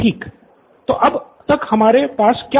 professor बाला तो अब तक आपके पास क्या है